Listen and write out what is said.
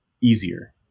easier